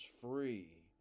free